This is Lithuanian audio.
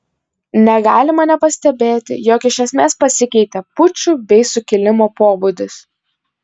negalima nepastebėti jog iš esmės pasikeitė pučų bei sukilimo pobūdis